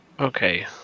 Okay